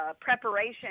preparation